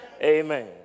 Amen